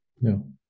No